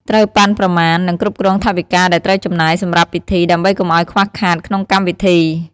ត្រូវប៉ាន់ប្រមាណ និងគ្រប់គ្រងថវិកាដែលត្រូវចំណាយសម្រាប់ពិធី ដើម្បីកុំអោយខ្វះខាតក្នុងកម្មវិធី។